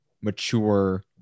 mature